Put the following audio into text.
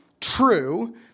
true